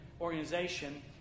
organization